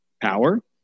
Power